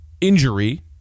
injury